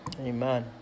Amen